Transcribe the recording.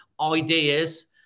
ideas